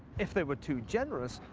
if they were too generous,